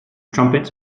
trumpets